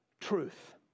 truth